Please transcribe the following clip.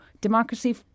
democracy